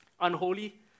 unholy